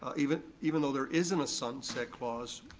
even even though there isn't a sunset clause,